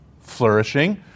flourishing